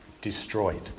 destroyed